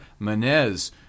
Menez